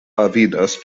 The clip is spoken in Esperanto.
avidas